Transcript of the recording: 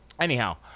Anyhow